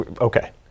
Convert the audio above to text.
okay